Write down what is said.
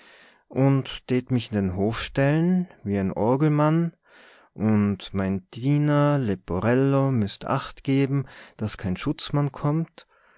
und tät mich in den hof stellen wie en orgelmann und mein diener leporello müßt achtgeben daß kein schutzmann kommt